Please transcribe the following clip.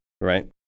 Right